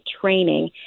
training